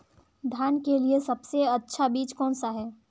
धान के लिए सबसे अच्छा बीज कौन सा है?